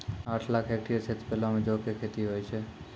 आठ लाख हेक्टेयर क्षेत्रफलो मे जौ के खेती होय छै